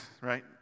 right